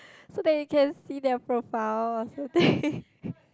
so that you can see their profile or so thing